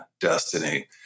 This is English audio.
destiny